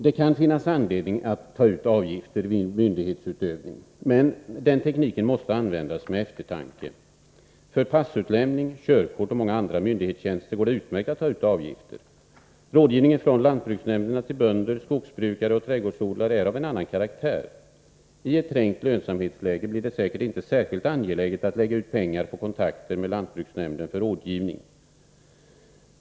Det kan finnas anledning att ta ut avgifter vid myndighetsutövning, men den tekniken måste användas med eftertanke. För passutlämning, körkortsutfärdande och många andra myndighetstjänster går det utmärkt att ta ut avgifter. Rådgivningen från lantbruksnämnderna till bönder, skogsbrukare och trädgårdsodlare är av en annan karaktär. I ett trängt lönsamhetsläge blir det säkert inte särskilt angeläget att lägga ut pengar på kontakter med lantbruksnämnden för rådgivning.